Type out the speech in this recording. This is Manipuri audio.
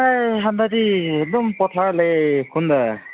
ꯑꯥ ꯍꯥꯏꯕꯗꯤ ꯑꯗꯨꯝ ꯄꯣꯊꯥꯔ ꯂꯩꯌꯦ ꯈꯨꯟꯗ